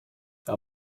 are